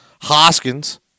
Hoskins